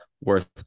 worth